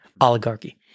Oligarchy